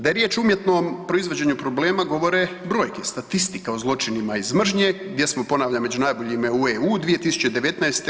Da je riječ o umjetnom proizvođenju problema, govore brojke, statistika o zločinima iz mržnje, gdje smo među ponavljam među najboljima u EU, 2019.